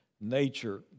nature